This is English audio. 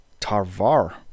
Tarvar